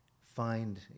find